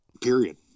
period